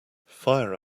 fire